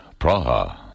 Praha